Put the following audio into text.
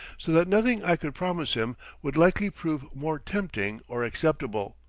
so that nothing i could promise him would likely prove more tempting or acceptable,